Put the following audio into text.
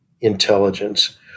intelligence